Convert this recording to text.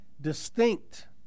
distinct